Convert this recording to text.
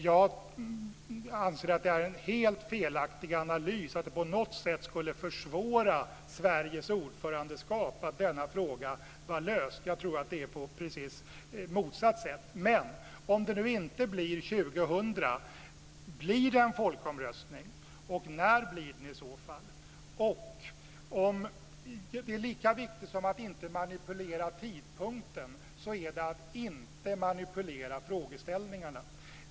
Jag anser att det är en helt felaktig analys att det på något sätt skulle försvåra Sveriges ordförandeskap att denna fråga var uppklarad. Jag tror att det är på precis motsatt sätt. Men om det nu inte blir 2000; blir det en folkomröstning, och när blir den i så fall? Och lika viktigt som att inte manipulera tidpunkten är det att inte manipulera frågeställningarna.